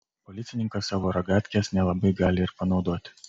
policininkas savo ragatkės nelabai gali ir panaudoti